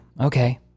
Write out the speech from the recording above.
Okay